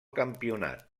campionat